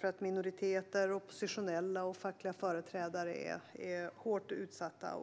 för minoriteter, oppositionella och fackliga företrädare är hårt utsatta.